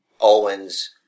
Owens